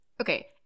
Okay